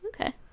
Okay